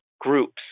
groups